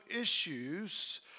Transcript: issues